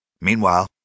Meanwhile